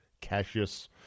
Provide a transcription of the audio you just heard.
Cassius